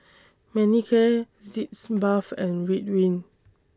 Manicare Sitz Bath and Ridwind